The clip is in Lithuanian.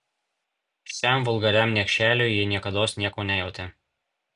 šiam vulgariam niekšeliui ji niekados nieko nejautė